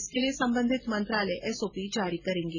इनके लिए संबंधित मंत्रालय एसओपी जारी करेंगे